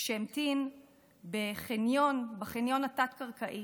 / כשהמתין בחניון התת-קרקעי,